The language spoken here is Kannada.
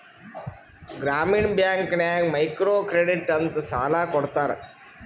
ಗ್ರಾಮೀಣ ಬ್ಯಾಂಕ್ ನಾಗ್ ಮೈಕ್ರೋ ಕ್ರೆಡಿಟ್ ಅಂತ್ ಸಾಲ ಕೊಡ್ತಾರ